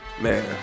Man